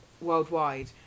worldwide